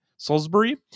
Salisbury